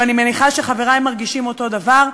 ואני מניחה שחברי מרגישים אותו הדבר.